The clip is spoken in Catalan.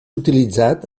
utilitzat